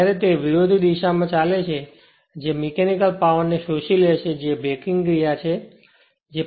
જ્યારે તે વિરોધી દિશામાં ચાલે છે જે મીકેનિકલ પાવર ને શોષી લે છે જે બ્રેકિંગ ક્રિયા છે